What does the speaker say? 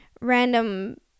random